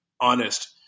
honest